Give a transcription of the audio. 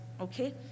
Okay